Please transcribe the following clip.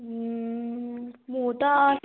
ମୁଁ ତ